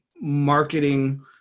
marketing